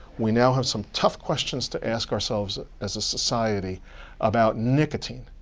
we now have some tough questions to ask ourselves as a society about nicotine,